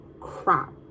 crap